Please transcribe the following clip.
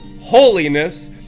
holiness